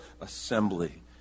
assembly